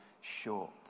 short